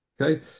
okay